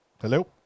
hello